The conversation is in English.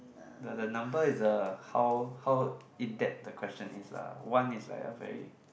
the the number is the how how in depth the question is lah one is like a very